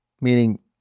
meaning